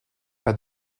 pas